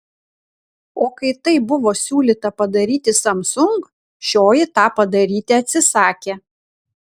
o kai tai buvo siūlyta padaryti samsung šioji tą padaryti atsisakė